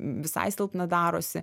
visai silpna darosi